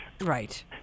Right